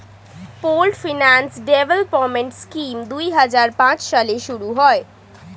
pooled finance development scheme দুই হাজার পাঁচ সালে শুরু হয়